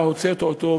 שאתה הוצאת אותו,